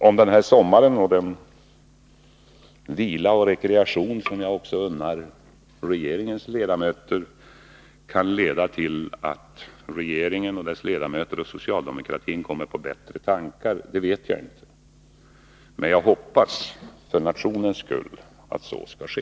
Om denna sommar och den vila och rekreation som jag också unnar regeringens ledamöter kan leda till att regeringen, dess ledamöter och socialdemokratin kommer på bättre tankar vet jag inte, men jag hoppas för nationens skull att så skall ske.